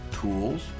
tools